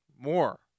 more